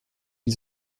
die